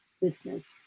business